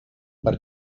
per